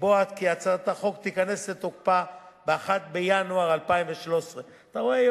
לקבוע כי הצעת החוק תיכנס לתוקפה ב-1 בינואר 2013. אתה רואה,